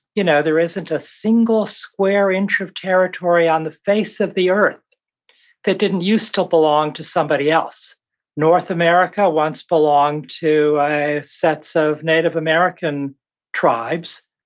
you know there isn't a single square inch of territory on the face of the earth that didn't use to belong to somebody else north america once belonged to sets of native american tribes.